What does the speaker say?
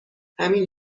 همین